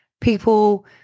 people